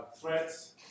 threats